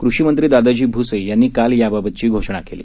कृषीमंत्री दादाजी भुसे यांनी काल याबाबतची घोषणा केली